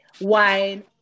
wine